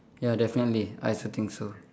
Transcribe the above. ya definitely I also think so